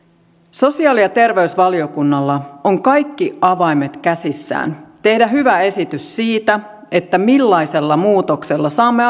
sosiaali ja terveysvaliokunnalla on kaikki avaimet käsissään tehdä hyvä esitys siitä millaisella muutoksella saamme